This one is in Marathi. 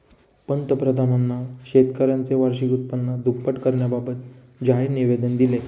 पंतप्रधानांनी शेतकऱ्यांचे वार्षिक उत्पन्न दुप्पट करण्याबाबत जाहीर निवेदन दिले